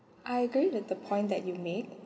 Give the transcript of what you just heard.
I agree that the point that you made